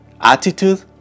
attitude